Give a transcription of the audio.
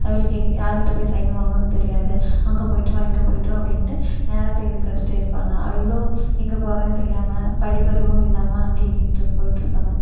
அவிங்களுக்கு எங்க யாருக்கிட்ட போய் சைன் வாங்கணும்னு தெரியாது அங்கே போய்ட்டு வா இங்கே போய்ட்டு வா அப்படின்ட்டு நேரத்தை இழுக்கடிச்சிகிட்டே இருப்பாங்கள் அவிங்களும் எங்கே போகிறதுன்னு தெரியாமல் படிப்பறிவும் இல்லாமல் அங்கேயும் இங்கேயும் நின்னுகிட்டு போய்ட்டு இருப்பாங்கள்